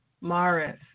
Maris